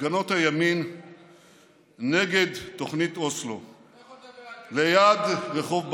הפגנות הימין נגד תוכנית אוסלו ליד רחוב בלפור,